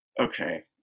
okay